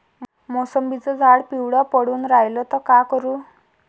मोसंबीचं झाड पिवळं पडून रायलं त का करू?